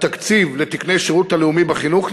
התקציב לתקני השירות הלאומי בחינוך,